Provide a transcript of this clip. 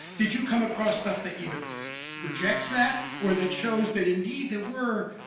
did you come across stuff that either rejects that or that shows that indeed there were,